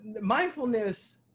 Mindfulness